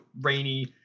rainy